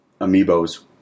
Amiibos